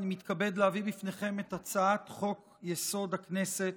אני מתכבד להביא בפניכם את הצעת חוק-יסוד: הכנסת